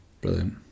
Brilliant